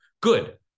Good